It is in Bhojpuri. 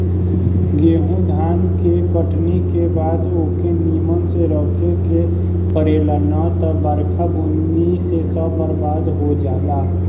गेंहू धान के कटनी के बाद ओके निमन से रखे के पड़ेला ना त बरखा बुन्नी से सब बरबाद हो जाला